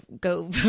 go